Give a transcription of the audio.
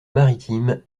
maritime